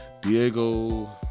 Diego